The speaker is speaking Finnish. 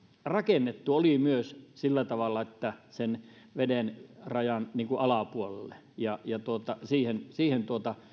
rakennettu oli myös sillä tavalla että vedenrajan alapuolelle siihen siihen